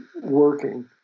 working